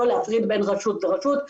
לא להפריד בין רשות לרשות,